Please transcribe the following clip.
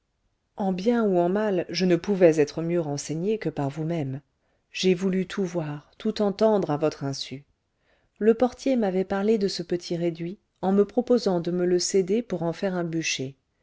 en bien ou en mal je ne pouvais être mieux renseigné que par vous-même j'ai voulu tout voir tout entendre à votre insu le portier m'avait parlé de ce petit réduit en me proposant de me le céder pour en faire un bûcher